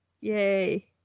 yay